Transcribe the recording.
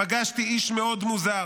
פגשתי איש מאוד מוזר,